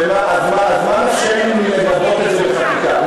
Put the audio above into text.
אז ממה נפשנו, מלגבות את זה בחקיקה?